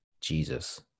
Jesus